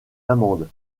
amende